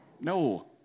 No